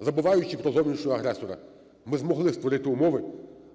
забуваючи про зовнішнього агресора. Ми змогли створити умови,